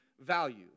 value